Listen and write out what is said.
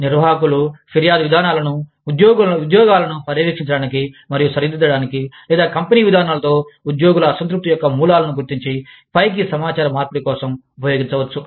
నిర్వాహకులు ఫిర్యాదు విధానాలను ఉద్యోగాలను పర్యవేక్షించడానికి మరియు సరిదిద్దడానికి లేదా కంపెనీ విధానాలతో ఉద్యోగుల అసంతృప్తి యొక్క మూలాలను గుర్తించి పైకి సమాచార మార్పిడి కోసం ఉపయోగించవచ్చు